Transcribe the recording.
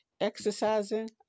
exercising